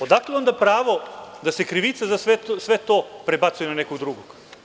Odakle onda pravo da se krivica za sve to prebacuje na nekog drugog?